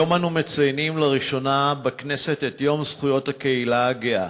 היום אנו מציינים לראשונה בכנסת את יום זכויות הקהילה הגאה.